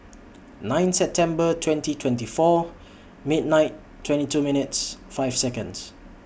nine September twenty twenty four Mint nine twenty two minutes five Seconds